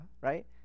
right